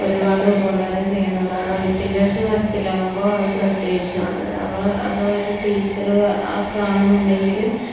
ഒരുപാട് ഉപകാരം ചെയ്യുന്നതാണ് വിദ്യാഭ്യാസ കാര്യത്തിലാകുമ്പോൾ അത് പ്രത്യേകിച്ച് അത് ഒരു ടീച്ചർ കാണുന്നുണ്ടെങ്കിൽ